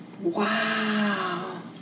Wow